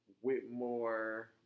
Whitmore